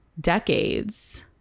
decades